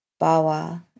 Bawa